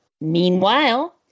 Meanwhile